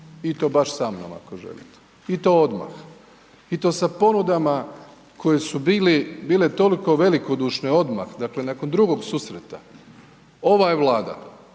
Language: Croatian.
i to baš samnom ako želite i to odmah. I to sa ponudama koje su bile toliko velikodušne odmah, dakle nakon drugog susreta, ova je Vlada